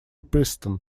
piston